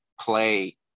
play